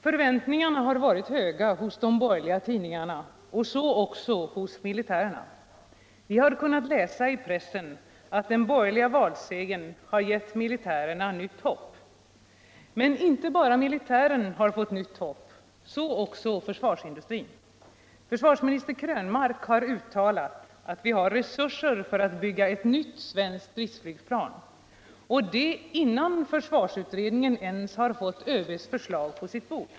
Förväntningarna har varit höga hos de borgerliga tidningarna och så också hos militärerna. Vi har kunnat lisa i pressen att den borgerliga valsegern har gett militärerna nytt hopp. Men inte bara militären har fått nytt hopp utan också försvarsindustrin. Försvarsminister Krönmark har uttalat att vi har resurser för att bygga ett nytt svenskt stridsflygplan — och det innan försvarsutredningen ens har fått ÖB:s förslag på sitt bord.